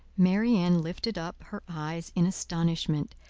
marianne lifted up her eyes in astonishment,